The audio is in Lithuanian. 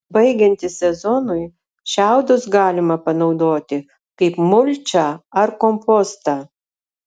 baigiantis sezonui šiaudus galima panaudoti kaip mulčią ar kompostą